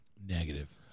Negative